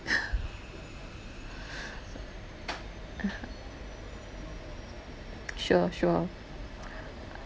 sure sure